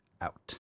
out